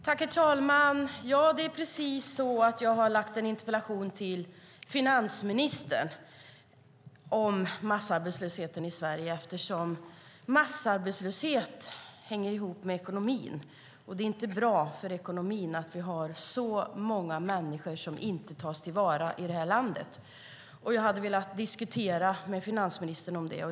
Herr talman! Jag har väckt en interpellation till finansministern om massarbetslösheten i Sverige eftersom massarbetslöshet hänger ihop med ekonomin. Det är inte bra för ekonomin att så många människor inte tas till vara i det här landet. Jag hade velat diskutera frågan med finansministern.